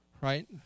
right